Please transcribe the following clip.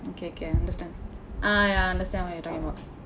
okay K understand ah ya I understand what you're talking about